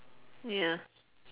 ya